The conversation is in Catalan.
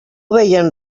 veien